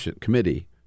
Committee